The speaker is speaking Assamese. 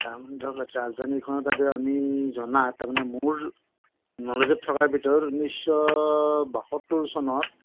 তাৰমানে ধৰক এতিয়া ৰাজধানীখনত এতিয়া আমি জনাত তাৰমানে মোৰ নলেজত থকা ভিতৰত ঊনৈছশ বাসত্তৰ চনত